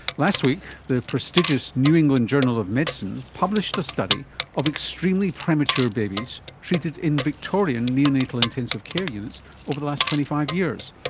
last week the prestigious new england journal of medicine published a study of extremely premature babies treated in victorian neonatal intensive care units over the last twenty five years,